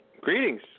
Greetings